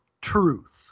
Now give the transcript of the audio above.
Truth